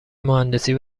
مهندسی